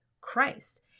Christ